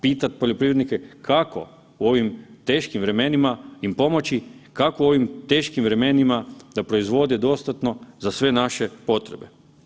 Pitat poljoprivrednike kako u ovim teškim vremenima im pomoći, kako u ovim teškim vremenima da proizvode dostatno za sve naše potrebe.